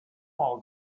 all